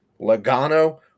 Logano